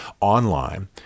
online